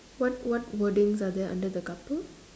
what what wordings are there under the couple